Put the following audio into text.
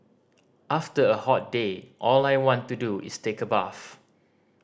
after a hot day all I want to do is take a bath